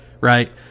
Right